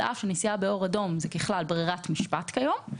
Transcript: על אף שנסיעה באור אדום היא ככלל בררת משפט היום,